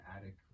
attic